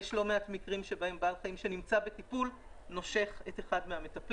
ויש לא מעט מקרים שבהם בעל חיים שנמצא בטיפול נושך את אחד המטפלים.